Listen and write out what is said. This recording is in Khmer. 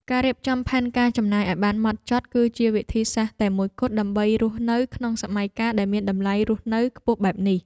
ការរៀបចំផែនការចំណាយឱ្យបានហ្មត់ចត់ គឺជាវិធីសាស្ត្រតែមួយគត់ដើម្បីរស់នៅក្នុងសម័យកាលដែលមានតម្លៃរស់នៅខ្ពស់បែបនេះ។